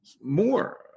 more